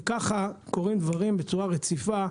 וככה קורים דברים בצורה רציפה,